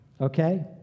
okay